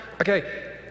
okay